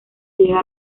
llega